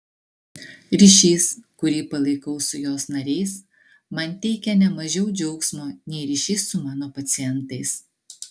ryšys kurį palaikau su jos nariais man teikia ne mažiau džiaugsmo nei ryšys su mano pacientais